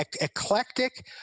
eclectic